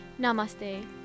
Namaste